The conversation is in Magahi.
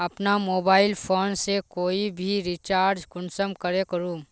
अपना मोबाईल फोन से कोई भी रिचार्ज कुंसम करे करूम?